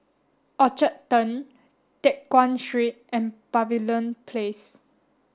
Orchard Turn Teck Guan Street and Pavilion Place